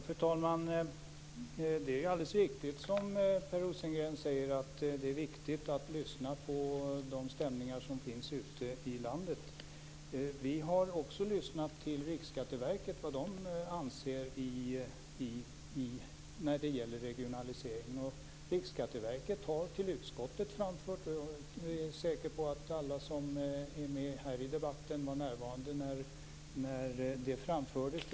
Fru talman! Det är alldeles riktigt, som Per Rosengren säger, att det är viktigt att lyssna på de stämningar som finns ute i landet. Vi har också lyssnat till vad Riksskatteverket anser när det gäller regionaliseringen. Riksskatteverket har till utskottet framfört att man kommer att göra besparingar i och med denna förändring.